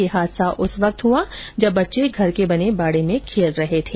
यह हादसा उस वक्त हुआ जब बच्चे घर के बने बाड़े में खेल रहे थे